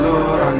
Lord